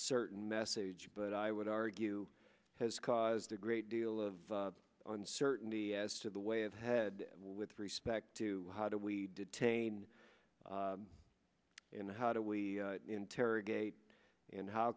certain message but i would argue has caused a great deal of uncertainty as to the way of head with respect to how do we detain and how do we interrogate and how